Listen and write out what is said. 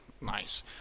nice